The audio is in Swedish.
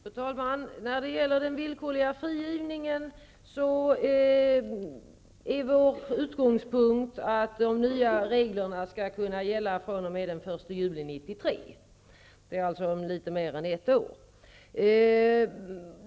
Fru talman! När det gäller den villkorliga frigivningen är vår utgångspunkt att de nya reglerna skall kunna gälla fr.o.m. den 1 juli 1993. Det är alltså om litet mer än ett år.